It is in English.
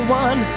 one